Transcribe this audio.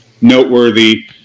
noteworthy